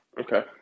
Okay